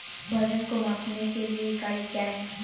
वजन को मापने के लिए इकाई क्या है?